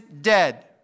dead